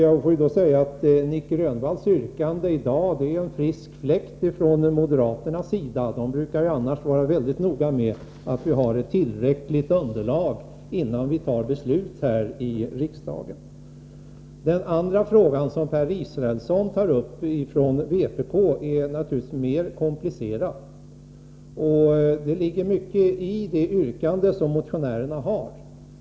Jag får säga att Nic Grönvalls yrkande i dag är en frisk fläkt från moderaternas sida. De brukar annars vara väldigt noga med att vi skall ha ett tillräckligt underlag innan vi tar beslut här i riksdagen. Den andra frågan, som Per Israelsson från vpk tar upp, är naturligtvis mer komplicerad. Det ligger mycket i det yrkande som motionärerna har.